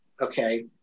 Okay